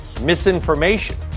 misinformation